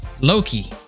Loki